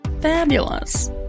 Fabulous